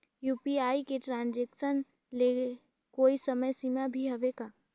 UPI के transaction ले कोई समय सीमा भी हवे का?